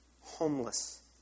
homeless